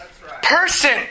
person